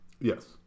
yes